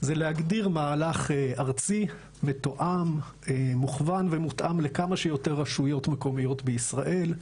זה להגדיר מהלך ארצי מכוון ומותאם לכמה שיותר רשויות מקומיות בישראל,